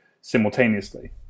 simultaneously